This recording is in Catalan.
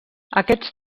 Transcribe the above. aquests